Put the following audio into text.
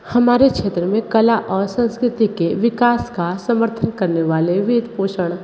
हमारे क्षेत्र में कला और संस्कृति के विकास का समर्थन करने वाले वेथ्पूषण